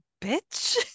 bitch